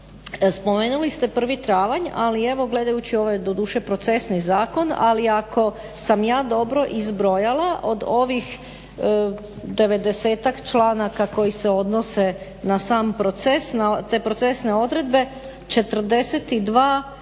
spomenuli ste 1.travanj ali evo gledajući ovo je doduše procesni zakon ali ako sam ja dobro izbrojala od ovih devedesetak članaka koji se odnose na sam proces na te procesne odredbe 42 bit